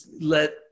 let